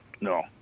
No